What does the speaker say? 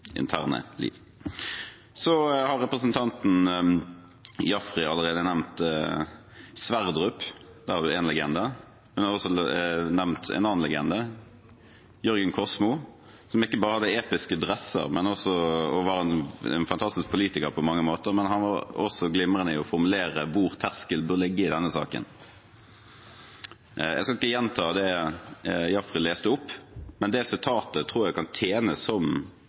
interne liv. Representanten Jaffery har allerede nevnt Sverdrup – der har vi én legende. Hun har også nevnt en annen legende, Jørgen Kosmo, som ikke bare hadde episke dresser og var en fantastisk politiker på mange måter, men han var også glimrende i å formulere hvor terskelen bør ligge i denne saken. Jeg skal ikke gjenta det Jaffery leste opp, men det sitatet tror jeg kan tjene som